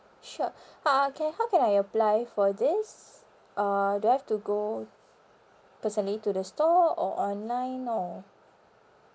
sure okay how can I apply for this uh do I have to go personally to the store or online or